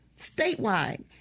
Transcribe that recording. statewide